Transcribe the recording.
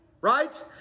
right